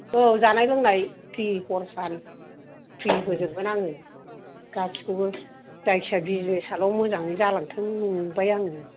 औ जानाय लोंनाय फ्रि हर सान फ्रि होजोबगोन आङो गासिखौबो जायखिजाया बिजिनेसआल' मोजाङै जालांथों नंबाय आङो